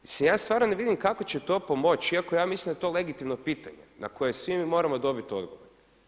Mislim ja stvarno ne vidim kako će to pomoći iako ja mislim da je legitimno pitanje na koje svi mi moramo dobiti odgovor.